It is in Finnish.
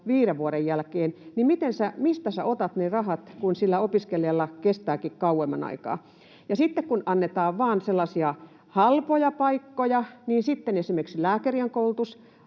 viiden vuoden jälkeen, niin mistä sinä otat ne rahat, kun sillä opiskelijalla kestääkin kauemman aikaa? Ja sitten kun annetaan vain halpoja paikkoja, niin sitten esimerkiksi lääkärien koulutuksessa,